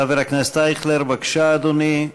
חבר הכנסת אייכלר, בבקשה, אדוני,